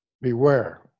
beware